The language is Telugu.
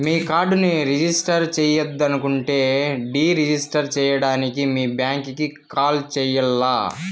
మీ కార్డుని రిజిస్టర్ చెయ్యొద్దనుకుంటే డీ రిజిస్టర్ సేయడానికి మీ బ్యాంకీకి కాల్ సెయ్యాల్ల